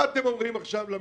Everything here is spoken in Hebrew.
מה אתם אומרים עכשיו למדינה?